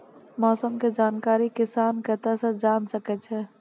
मौसम के जानकारी किसान कता सं जेन सके छै?